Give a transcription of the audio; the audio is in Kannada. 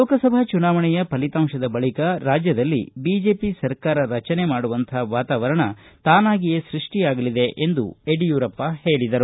ಲೋಕಸಭಾ ಚುನಾವಣೆಯ ಫಲಿತಾಂಶದ ಬಳಿಕ ರಾಜ್ಯದಲ್ಲಿ ಬಿಜೆಪಿ ಸರ್ಕಾರ ರಚನೆ ಮಾಡುವಂತಹ ವಾತಾವರಣ ತಾನಾಗಿಯೇ ಸೃಷ್ಠಿಯಾಗಲಿದೆ ಎಂದು ಯಡಿಯೂರಪ್ಪ ಹೇಳಿದರು